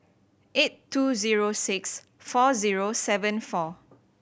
eight two zero six four zero seven four